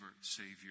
Savior